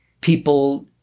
people